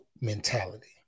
mentality